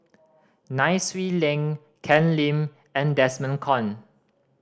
Nai Swee Leng Ken Lim and Desmond Kon